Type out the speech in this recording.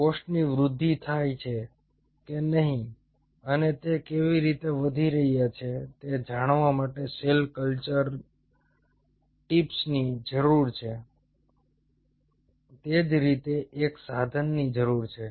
કોષની વૃદ્ધિ થાય છે કે નહીં અને તે કેવી રીતે વધી રહ્યા છે તે જણવા માટે સેલ કલ્ચર ટૂલ્સની જરૂર છે તે જ રીતે એક સાધનની જરૂર છે